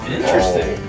interesting